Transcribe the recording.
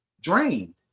drained